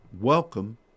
welcome